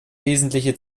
wesentliche